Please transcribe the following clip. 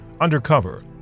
undercover